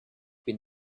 been